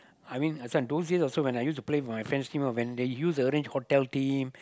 I mean last time don't say also when I used to play for my friends' team last time when they used to arrange like hotel team